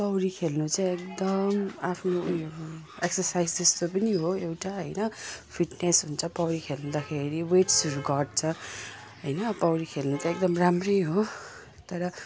पौडी खेल्नु चाहिँ एकदम आफ्नो उयो एक्सर्साइज जस्तो पनि हो एउटा होइन फिटनेस हुन्छ पौडी खेल्दाखेरि वेट्सहरू घट्छ होइन पौडी खेल्न चाहिँ एकदम राम्रै हो तर